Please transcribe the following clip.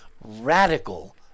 radical